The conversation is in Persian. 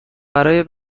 برای